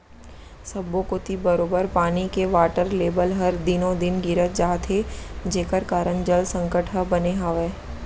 सब्बो कोती बरोबर पानी के वाटर लेबल हर दिनों दिन गिरत जात हे जेकर कारन जल संकट ह बने हावय